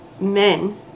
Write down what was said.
men